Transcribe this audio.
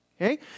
Okay